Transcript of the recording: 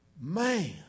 man